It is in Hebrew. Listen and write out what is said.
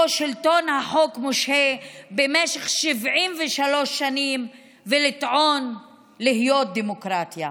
שבו שלטון החוק מושהה במשך 73 שנים ולטעון להיות דמוקרטיה.